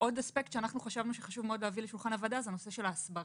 עוד אספקט שחשבנו שחשוב מאוד להביא לשולחן הוועדה הוא ההסברה.